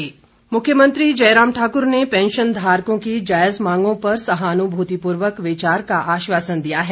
जयराम ठाकुर मुख्यमंत्री जयराम ठाकुर ने पैंशनधारकों की जायज मांगों पर सहानुभूतिपूर्वक विचार का आश्वासन दिया है